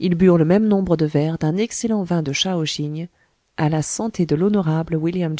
ils burent le même nombre de verres d'un excellent vin de chao chigne à la santé de l'honorable william